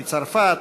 מצרפת,